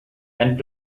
and